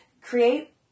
create